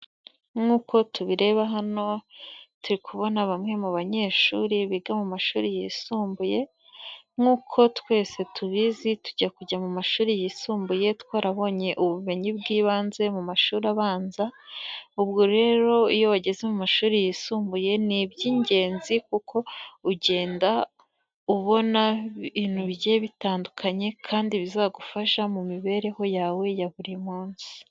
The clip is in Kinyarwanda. Nk'uko tubireba hano turi kubona bamwe mu banyeshuri biga mu mashuri yisumbuye, nk'uko twese tubizi tujya kujya mu mashuri yisumbuye twarabonye ubumenyi bw'ibanze mu mashuri abanza, ubwo rero iyo wageze mu mashuri yisumbuye ni iby'ingenzi kuko ugenda ubona ibintu bigiye bitandukanye kandi bizagufasha mu mibereho yawe ya buri munsi.